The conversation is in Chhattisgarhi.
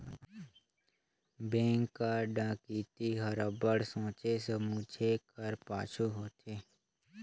बेंक कर डकइती हर अब्बड़ सोंचे समुझे कर पाछू होथे